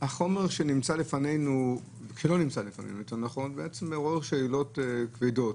החומר שנמצא בפנינו או לא נמצא בפנינו מעורר שאלות כבדות.